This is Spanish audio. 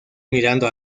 mirando